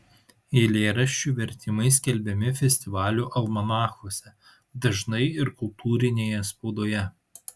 eilėraščių vertimai skelbiami festivalių almanachuose dažnai ir kultūrinėje spaudoje